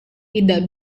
tidak